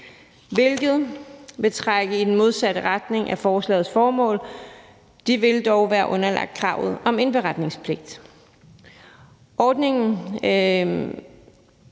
hvilket vil trække i den modsatte retning af forslagets formål. De vil dog være underlagt kravet om indberetningspligt. Ordningen